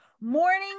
morning